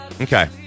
Okay